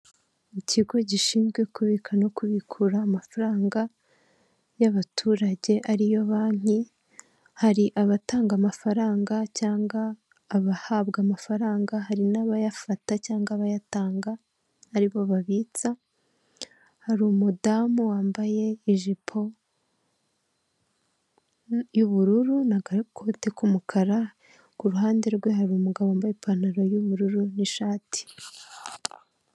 Umuhanda w'umukara harimo ibinyabiziga bitandukanye, harimo imodoka ifite ibara ry'umweru, indi modoka ifite ibara ry'ubururu n'umukara, yanditseho amagambo mu ibara ry'umutuku n'umweru, harimo kugenda amapikipiki ahetse abantu, asa umutuku n'umweru.